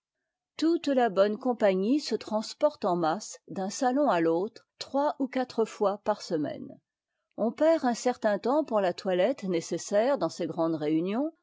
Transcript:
toute la bonne compagnie se transporte en masse d'un salon à t'autre trois ou quatre fois par semaine on perd un certain temps pour la toilette nécessaire dans ces grandes réunions